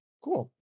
Cool